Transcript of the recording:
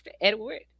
Edward